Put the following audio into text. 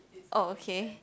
oh okay